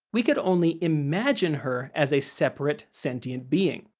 we could only imagine her as a separate, sentient being.